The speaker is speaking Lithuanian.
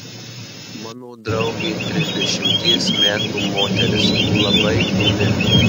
mano draugė trisdešimties metų moteris labai ūmi